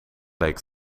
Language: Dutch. leek